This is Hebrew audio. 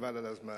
חבל על הזמן.